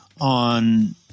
on